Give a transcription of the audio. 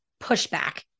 pushback